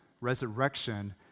resurrection